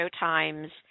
Showtime's